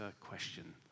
question